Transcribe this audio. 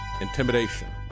intimidation